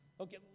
okay